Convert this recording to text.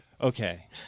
okay